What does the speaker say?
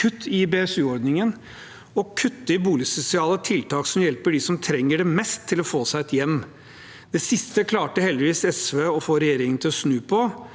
kutt i BSU-ordningen og å kutte i boligsosiale tiltak som hjelper dem som trenger det mest, til å få seg et hjem. Det siste klarte heldigvis SV å få regjeringen til å snu på,